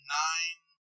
nine